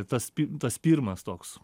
tas tas pirmas toks